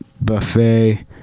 buffet